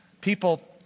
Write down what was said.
People